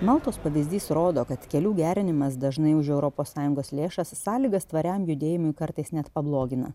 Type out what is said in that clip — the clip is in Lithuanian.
maltos pavyzdys rodo kad kelių gerinimas dažnai už europos sąjungos lėšas sąlygas tvariam judėjimui kartais net pablogina